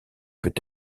peut